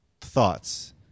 thoughts